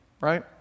Right